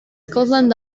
scotland